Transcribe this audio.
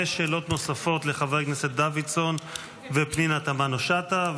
ושאלות נוספות לחברי הכנסת דוידסון ופנינה תמנו שטה,